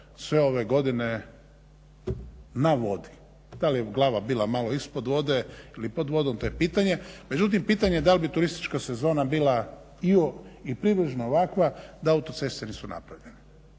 sve ove godine na vodi, da li je glava bila malo ispod vode, ili pod vodom to je pitanje, međutim pitanje da li bi turistička sezona bila i približno ovakva da autoceste nisu napravljene.